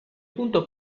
punto